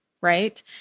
right